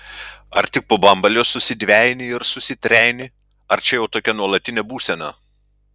ar tik po bambalio susidvejini ir susitrejini ar čia jau tokia nuolatinė būsena